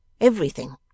Everything